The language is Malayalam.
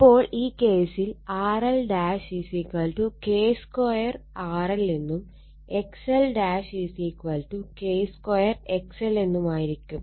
അപ്പോൾ ഈ കേസിൽ RL K2 RL എന്നും XL K2 XL എന്നുമായിരിക്കും